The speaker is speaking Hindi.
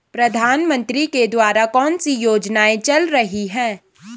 प्रधानमंत्री के द्वारा कौनसी योजनाएँ चल रही हैं?